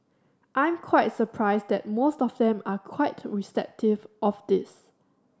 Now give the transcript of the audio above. I'm quite surprised that most of them are quite receptive of this